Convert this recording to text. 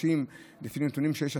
לפי נתונים שיש,